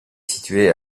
situé